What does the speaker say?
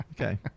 Okay